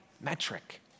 metric